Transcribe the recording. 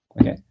okay